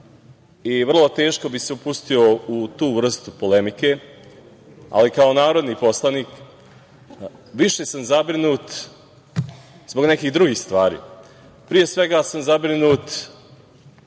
i vrlo teško bi se upustio u tu vrstu polemike, ali kao narodni poslanik više sam zabrinut zbog nekih drugih stvari. Pre svega sam zabrinut